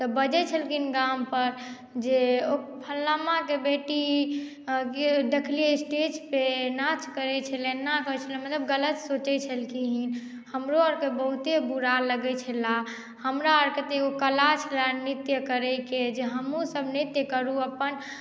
तऽ बजय छलखिन गामपर जे फल्लनमाके बेटी देखलियै स्टेजपर नाच करय छलै एना करय छलै मतलब गलत सोचय छलखिन हमरो अरके बहुते बुरा लगय छलै हमरा आरके तऽ एगो कला छलै नृत्य करयके जे हमहुँ सब नृत्य करू अपन